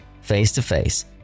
face-to-face